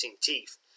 teeth